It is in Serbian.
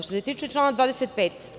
Što se tiče člana 25.